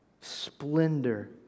Splendor